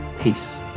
Peace